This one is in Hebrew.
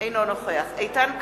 אינו נוכח איתן כבל,